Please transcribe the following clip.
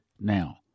now